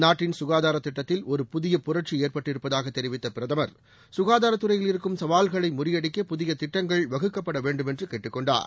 நாட்டின் சுகாதார திட்டத்தில் ஒரு புதிய புரட்சி ஏற்பட்டிருப்பதாகத் தெரிவித்த பிரதமா் சுகாதாரத் துறையில் இருக்கும் சவால்களை முறியடிக்க புதிய திட்டங்கள் வகுக்கப்பட வேண்டுமென்று கேட்டுக் கொண்டார்